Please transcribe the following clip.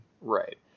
Right